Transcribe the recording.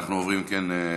אם כן,